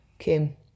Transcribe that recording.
okay